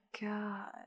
God